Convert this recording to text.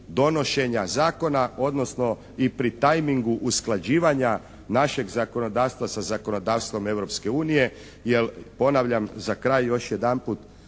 donošenja zakona, odnosno i pri time ingu usklađivanja našeg zakonodavstva sa zakonodavstvom Europske unije. Jer ponavljam za kraj još jedanput,